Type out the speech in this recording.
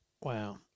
Wow